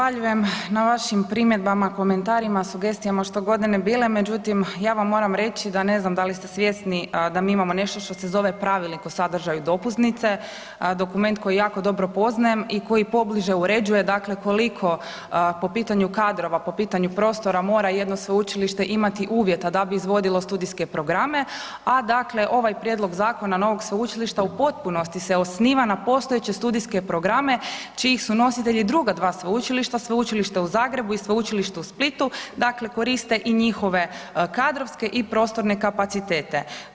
Zahvaljujem na vašim primjedbama, komentarima, sugestijama što god one bile, međutim ja vam moram reći da ne znam da li ste svjesni da mi imamo nešto što se zove Pravilnik o sadržaju dopusnice, dokument koji jako dobro poznajem i koji pobliže uređuje dakle koliko po pitanju kadrova, po pitanju prostora mora jedno sveučilište imati uvjeta da bi izvodilo studijske programe, a dakle ovaj prijedlog zakona novog sveučilišta u potpunosti se osniva na postojeće studijske programe čijih su nositelji druga dva sveučilišta, Sveučilište u Zagrebu i Sveučilište u Splitu, dakle koriste i njihove kadrovske i prostorne kapacitete.